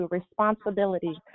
responsibility